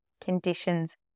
conditions